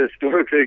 historic